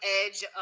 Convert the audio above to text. edge